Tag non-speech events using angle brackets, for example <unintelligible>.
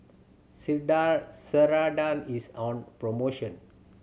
<unintelligible> Ceradan is on promotion